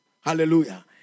hallelujah